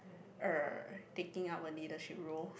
uh taking up a leadership role